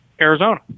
arizona